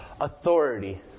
authority